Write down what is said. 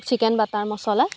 chicken butter মছলা